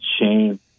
shame